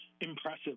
impressive